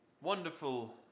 wonderful